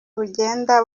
bugenda